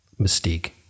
mystique